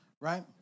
right